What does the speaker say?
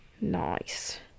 Nice